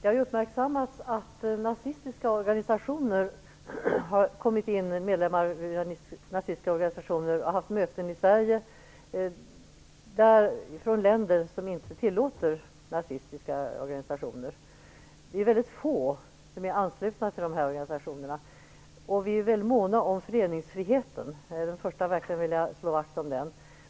Det har ju uppmärksammats att medlemmar i nazistiska organisationer har kommit in i Sverige från länder som inte tillåter nazistiska organisationer och haft möten. Det är väldigt få som är anslutna till dessa organisationer, och vi är mycket måna om föreningsfriheten. Jag är den första att verkligen vilja slå vakt om den.